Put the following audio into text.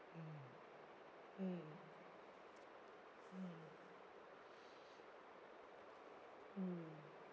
mm mm mm mm